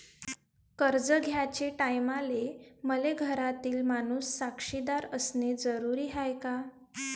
कर्ज घ्याचे टायमाले मले घरातील माणूस साक्षीदार असणे जरुरी हाय का?